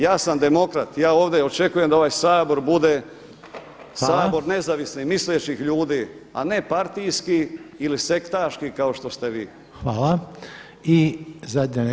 Ja sam demokrat, ja ovdje očekujem da ovaj Sabor bude Sabor nezavisnih, mislećih ljudi a ne partijski ili sektaški kao što ste vi.